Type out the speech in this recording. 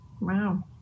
Wow